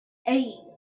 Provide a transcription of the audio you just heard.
eight